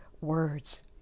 words